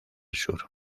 sur